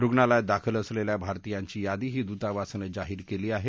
रुणालयात दाखल असलेल्या भारतीयांची यादी ही दूतावासानं जाहीर केली आहे